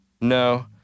No